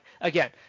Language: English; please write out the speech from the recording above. Again